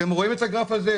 אתם רואים את הגרף הזה,